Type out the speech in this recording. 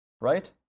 right